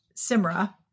Simra